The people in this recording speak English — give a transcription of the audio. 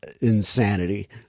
insanity